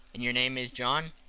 and your name is john?